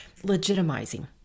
legitimizing